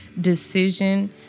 decision